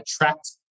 attract